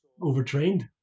Overtrained